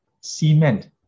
cement